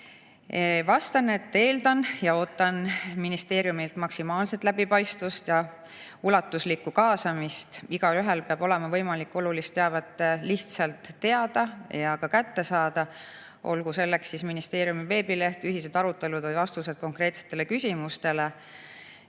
Vastan, et eeldan ja ootan ministeeriumilt maksimaalset läbipaistvust ja ulatuslikku kaasamist. Igaühel peab olema võimalik olulist teavet lihtsalt teada ja ka kätte saada, olgu selleks siis ministeeriumi veebileht, ühised arutelud või vastused konkreetsetele küsimustele.